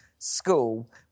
School